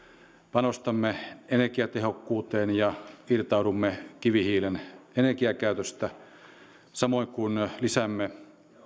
panostamme energiatehokkuuteen ja irtaudumme kivihiilen energiakäytöstä samoin kuin lisäämme